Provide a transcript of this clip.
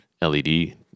LED